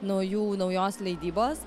naujų naujos leidybos